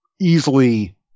easily